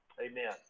Amen